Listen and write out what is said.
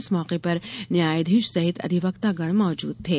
इस मौके पर न्यायाधीश सहित अधिवक्तागण मौजूद थे